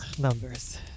numbers